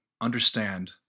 understand